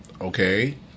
Okay